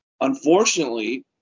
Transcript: unfortunately